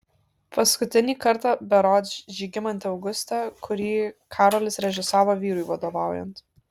paskutinį kartą berods žygimante auguste kurį karolis režisavo vyrui vadovaujant